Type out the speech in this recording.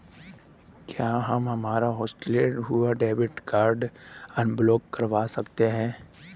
क्या हम हमारा हॉटलिस्ट हुआ डेबिट कार्ड अनब्लॉक करवा सकते हैं?